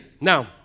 Now